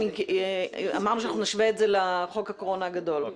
אמרנו שנשווה את זה לחוק הקורונה הגדול.